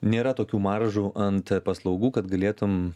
nėra tokių maržų ant paslaugų kad galėtum